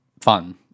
fun